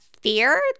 fear